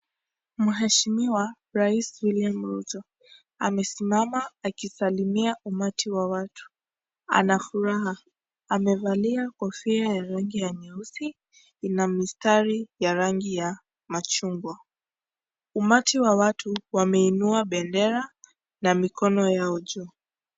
Mheshimiwa rais William Ruto amesimama akisalimia watu na furaha. Amevalia kofia ya rangi ya nyeusi ina mistari ya rangi ya machungwa. Umati wa watu wameinua bendra na mikono yao juu.